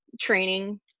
training